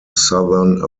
southern